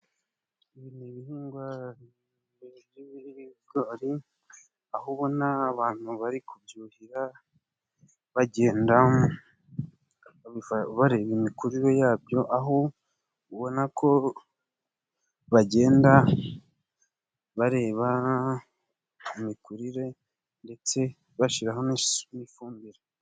Ibi ni ibihingwa bizwi nk'ibigori aho ubona abantu bari kubyuhira bagenda bareba imikurire yabyo aho ubona ko bagenda bareba imikurire ndetse bashyiraho n'ifumbire